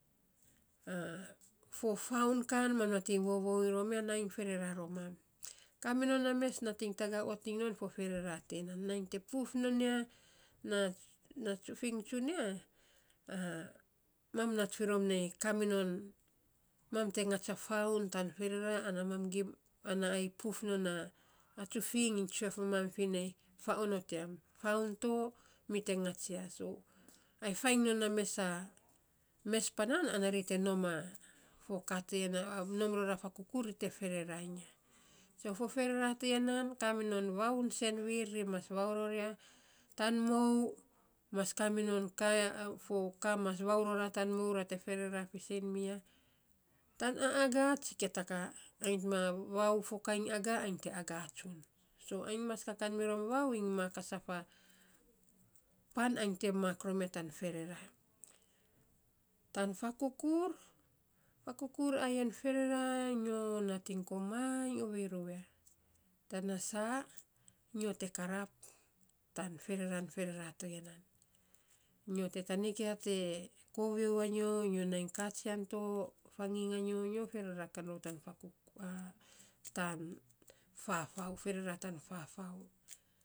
fo faun kan mam nating vovou iny rom ya nainy ferera ro mam. Kaminon a mes nating tagaa ot iny non fo ferera tinan, nainy te puf non ya na na tsufiny tsunia mam nat firom nei kamino, mam te ngats e fau tan ferera ana mam gim, ana ai puf non nan a tsufiny iny tsue of mamam finei fa onot yam, fau to mi te ngats ya, so ai fainy non a mesa mes panan an ri te nom a foka nom ror a fakukur ri te ferera iny ya, so fo ferera tiya nan kaminon fo vau sen viir ri mas vau ror ya, tan mou mas kaminon mas vau ror ya tan mou ra te ferera fiisen miya, tan agaa tsikia ta ka ain onot ma vau foka iny agaa ain te agaa tsun. So ain mas ka tsun mirom vau iny mak a safa pan ain te mak rom mia tan ferera. Tan fakukur, fakukur ayen ferera nyo nating komainy fiisok rou ya, tana, saa nyo te karap tan ferera ferera toya nan. Nyo te tanik ya nainy te kovio anyo, nyo nai katsian to, faginy a nyo ferera kan rou ta fakukur, tan fafau ferera tan fafau.